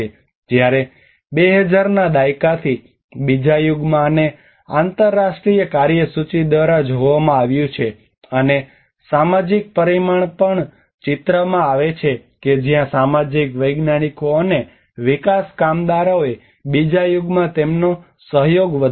જ્યારે 2000 ના દાયકાથી બીજા યુગમાં આને આંતરરાષ્ટ્રીય કાર્યસૂચિ દ્વારા જોવામાં આવ્યું છે અને સામાજિક પરિમાણ પણ ચિત્રમાં આવે છે જ્યાં સામાજિક વૈજ્ઞાનિકો અને વિકાસ કામદારોએ બીજા યુગમાં તેમનો સહયોગ વધાર્યો છે